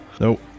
Nope